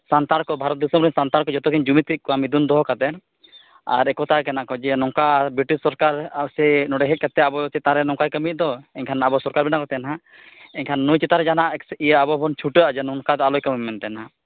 ᱥᱟᱱᱛᱟᱲ ᱠᱚ ᱵᱷᱟᱨᱚᱛ ᱫᱤᱥᱚᱢ ᱨᱤᱱ ᱥᱟᱱᱛᱟᱲ ᱠᱚ ᱡᱚᱛᱚ ᱠᱤᱱ ᱡᱩᱢᱤᱫᱽ ᱠᱮᱫ ᱠᱚᱣᱟ ᱢᱤᱫᱩᱱ ᱫᱚᱦᱚ ᱠᱟᱛᱮᱫ ᱟᱨ ᱮᱠᱚᱛᱟ ᱠᱟᱱᱟ ᱡᱮ ᱱᱚᱝᱠᱟ ᱵᱨᱤᱴᱤᱥ ᱥᱚᱨᱠᱟᱨ ᱥᱮ ᱱᱚᱸᱰᱮ ᱦᱮᱡ ᱠᱟᱛᱮᱫ ᱟᱵᱚ ᱪᱮᱛᱟᱱ ᱨᱮ ᱱᱚᱝᱠᱟᱭ ᱠᱟᱹᱢᱤᱭᱮᱫ ᱫᱚ ᱮᱱᱠᱷᱟᱱ ᱟᱵᱚ ᱥᱚᱨᱠᱟᱨ ᱵᱮᱱᱟᱣ ᱠᱟᱛᱮᱫ ᱦᱟᱸᱜ ᱮᱱᱠᱷᱟᱱ ᱱᱩᱭ ᱪᱮᱛᱟᱱ ᱨᱮ ᱡᱟᱦᱟᱱᱟᱜ ᱤᱭᱟᱹ ᱟᱵᱚ ᱵᱚᱱ ᱪᱷᱩᱴᱟᱹᱜᱼᱟ ᱡᱮ ᱱᱚᱝᱠᱟ ᱫᱚ ᱟᱞᱚᱭ ᱠᱟᱹᱢᱤ ᱢᱟ ᱢᱮᱱᱛᱮ